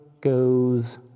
goes